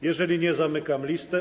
Jeżeli nie, zamykam listę.